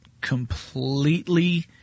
completely